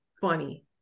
funny